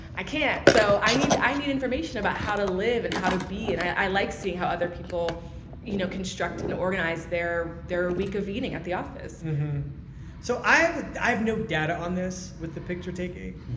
i can't. so, i need i need information about how to live and how to be. and i like seeing how other people you know construct and organize their their week of eating at the office so i've i've no doubt on this with the picture taking,